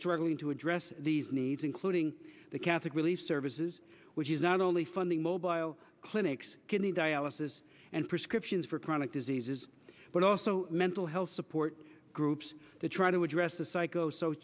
struggling to address these needs including the catholic relief services which is not only funding mobile clinics kidney dialysis and prescriptions for chronic diseases but also mental health support groups to try to address the psychoso